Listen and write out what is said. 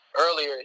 earlier